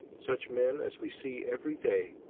such men as we see every day,